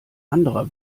anderer